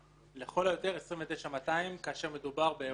לכל היותר 29,200 שקל, כאשר מדובר באירוע אחד.